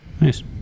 Nice